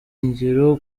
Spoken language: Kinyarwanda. ingiro